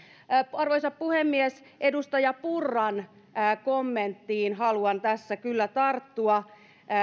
arvoisa puhemies edustaja purran kommenttiin haluan tässä kyllä tarttua